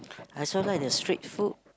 I also like the street food